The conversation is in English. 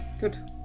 good